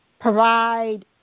provide